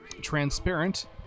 transparent